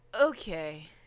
Okay